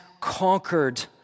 conquered